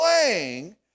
playing